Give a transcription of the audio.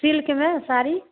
silk में साड़ी